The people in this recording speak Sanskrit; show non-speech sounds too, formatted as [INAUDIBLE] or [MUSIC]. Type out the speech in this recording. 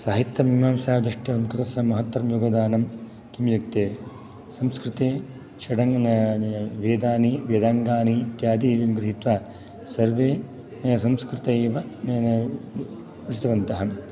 साहित्यमीमांसादृष्ट्या संस्कृतस्य महत्तरं योगदानं किं इत्युक्ते संस्कृते षडङ्ग् वेदानि वेदाङ्गानि इत्यादि गृहित्वा सर्वे संस्कृतैव [UNINTELLIGIBLE] वन्तः